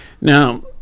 Now